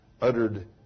uttered